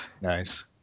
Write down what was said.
nice